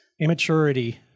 immaturity